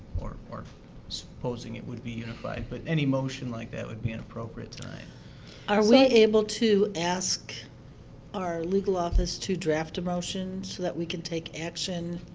or or supposing it would be unified. but any motion like that would be inappropriate tonight. katie are we able to ask our legal office to draft a motion so that we can take action